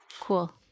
Cool